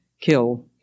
kill